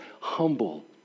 humble